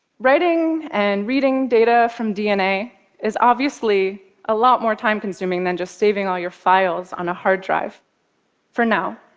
writing and reading data from dna is obviously a lot more time-consuming than just saving all your files on a hard drive for now.